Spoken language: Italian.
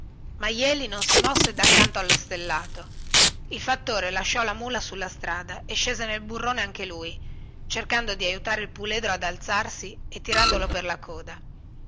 jeli non si mosse daccanto allo stellato il fattore lasciò la mula sulla strada e scese nel burrone anche lui cercando di aiutare il puledro ad alzarsi e tirandolo per la coda